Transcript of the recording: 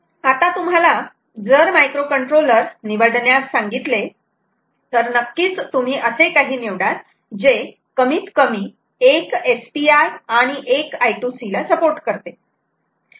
आता तुम्हाला जर मायक्रोकंट्रोलर निवडण्यास सांगितले तर नक्कीच तुम्ही असे काही निवडाल जे कमीत कमी एक SPI आणि एक I2C ला सपोर्ट करते